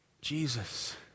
Jesus